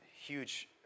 huge